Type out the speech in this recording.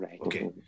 Okay